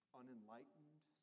unenlightened